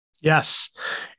Yes